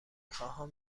خواهم